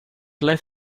let